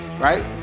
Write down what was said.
right